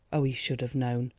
oh, he should have known!